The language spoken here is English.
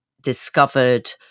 discovered